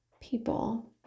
people